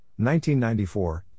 1994